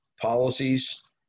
policies